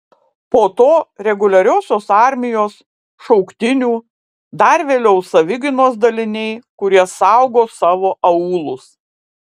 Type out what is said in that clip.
po to reguliariosios armijos šauktinių dar vėliau savigynos daliniai kurie saugo savo aūlus